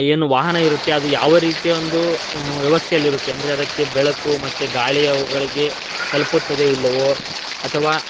ಏನು ವಾಹನ ಇರುತ್ತೆ ಅದು ಯಾವ ರೀತಿಯ ಒಂದು ವ್ಯವಸ್ಥೆಯಲ್ಲಿರುತ್ತೆ ಅಂದರೆ ಅದಕ್ಕೆ ಬೆಳಕು ಮತ್ತು ಗಾಳಿ ಅವುಗಳಿಗೆ ತಲುಪುತ್ತದೆಯೋ ಇಲ್ಲವೋ ಅಥವಾ